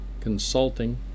consulting